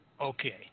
Okay